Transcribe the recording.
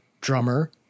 Drummer